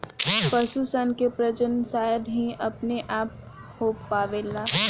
पशु सन के प्रजनन शायद ही अपने आप हो पावेला